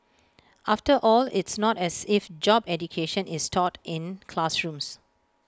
after all it's not as if job education is taught in classrooms